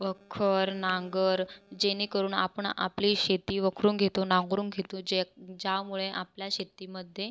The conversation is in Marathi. वखर नांगर जेणेकरून आपण आपली शेती वखरून घेतो नांगरून घेतो ज्येक् ज्यामुळे आपल्या शेतीमध्ये